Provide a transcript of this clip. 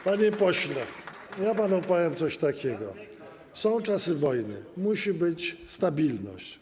Panie pośle, ja panu powiem coś takiego: są czasy wojny, musi być stabilność.